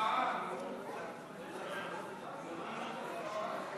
היא לא רוצה,